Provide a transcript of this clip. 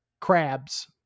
crabs